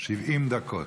70 דקות,